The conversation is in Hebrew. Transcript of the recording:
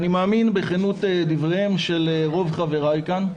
אני מאמין בכנות דבריהם של רוב חבריי כאן,